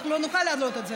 למה להפיל את זה?